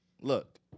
Look